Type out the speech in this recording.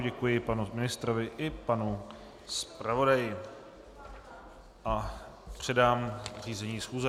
Děkuji panu ministrovi i panu zpravodaji a předám řízení schůze.